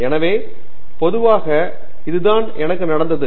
எனவே பொதுவாக இதுதான் எனக்கு நடந்தது